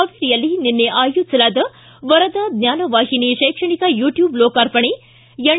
ಹಾವೇರಿಯಲ್ಲಿ ನಿನ್ನೆ ಆಯೋಜಿಸಲಾದ ವರದಾ ಜ್ವಾನ ವಾಹಿನಿ ಶೈಕ್ಷಣಿಕ ಯುಟ್ಯೂಬ್ ಲೋಕಾರ್ಪಣೆ ಎನ್